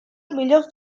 millor